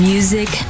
Music